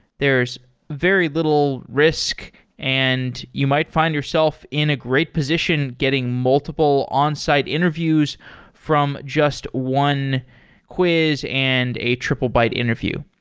there's very little risk and you might find yourself in a great position getting multiple onsite interviews from just one quiz and a triplebyte interview.